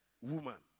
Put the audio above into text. woman